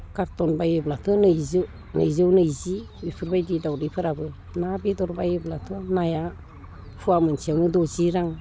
carton बायोब्लाथ' नैजौ नैजौ नैजि इफोरबायदि दाउदैफोराबो ना बेदर बायोब्लाथ' नाया फुवा मोनसेयावनो द'जि रां